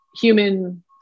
human